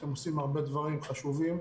אתם עושים הרבה דברים חשובים,